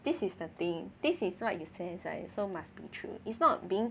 this is the thing this is what you sense right so must be true it's not being